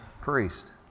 priest